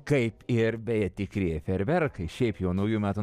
kaip ir beje tikrieji fejerverkai šiaip jau naujų metų